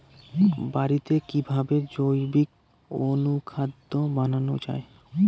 বাড়িতে কিভাবে জৈবিক অনুখাদ্য বানানো যায়?